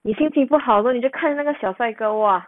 你心情不好那你就看那个小帅哥 !wah!